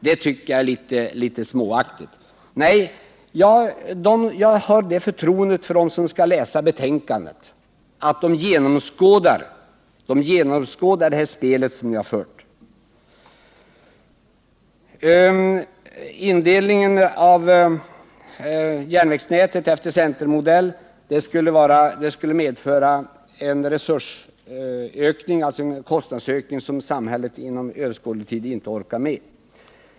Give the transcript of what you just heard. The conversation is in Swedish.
Det tycker jag är småaktigt. Nej, jag har det förtroendet för dem som läser betänkandet att de genom skådar det spel som ni har bedrivit. Indelningen av järnvägsnätet efter centermodell skulle medföra en kostnadsökning som samhället inom överskådlig tid inte orkar med.